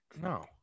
no